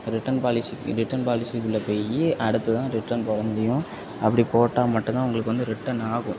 return policy return பாலிசிக்குள்ளே போய் அடுத்துதான் ரிட்டன் போட முடியும் அப்படி போட்டால் மட்டும்தான் உங்களுக்கு வந்து ரிட்டன் ஆகும்